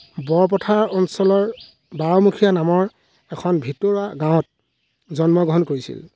বৰপথাৰ অঞ্চলৰ বাৰমুখীয়া নামৰ এখন ভিতৰুৱা গাঁৱত জন্ম গ্ৰহণ কৰিছিল